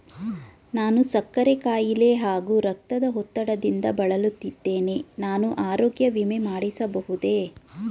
ನಾನು ಸಕ್ಕರೆ ಖಾಯಿಲೆ ಹಾಗೂ ರಕ್ತದ ಒತ್ತಡದಿಂದ ಬಳಲುತ್ತಿದ್ದೇನೆ ನಾನು ಆರೋಗ್ಯ ವಿಮೆ ಮಾಡಿಸಬಹುದೇ?